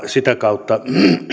sitä kautta